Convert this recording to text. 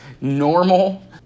normal